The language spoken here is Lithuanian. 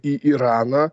į iraną